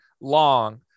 long